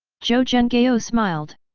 zhou zhenghao smiled.